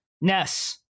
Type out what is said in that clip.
Ness